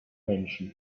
menschen